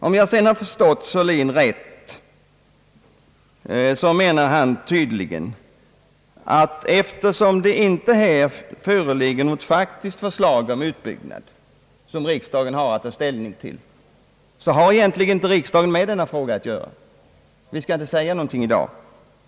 Om jag har förstått herr Sörlin rätt så menar han tydligen, att eftersom det här inte föreligger något faktiskt förslag om utbyggnad, som riksdagen har att ta ställning till, då har egentligen inte riksdagen med denna fråga att göra — vi skall inte säga någonting i dag.